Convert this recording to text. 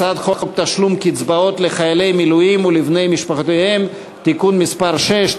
הצעת חוק תשלום קצבאות לחיילי מילואים ולבני-משפחותיהם (תיקון מס' 6),